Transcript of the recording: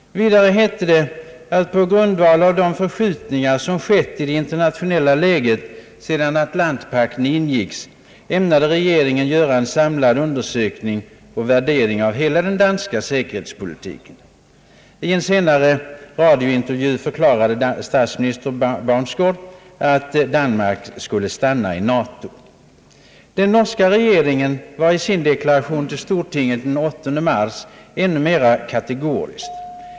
Vidare heter det att regeringen på grundval av de förskjutningar som skett i det internationella läget sedan Atlantpakten ingicks ämnade göra en samlad undersökning och värdering av hela den danska säkerhetspolitiken. I en senare radiointervju förklarade statsminister Baunsgaard, att Danmark skulle stanna i NATO. Den norska regeringen var i sin deklaration till stortinget den 8 mars ännu mera kategorisk.